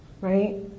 right